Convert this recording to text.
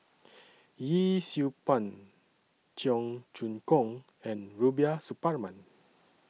Yee Siew Pun Cheong Choong Kong and Rubiah Suparman